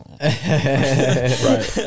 Right